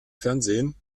fernsehen